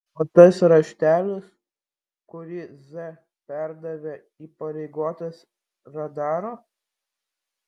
o tas raštelis kurį z perdavė įpareigotas radaro